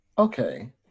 okay